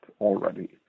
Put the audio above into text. already